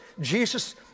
Jesus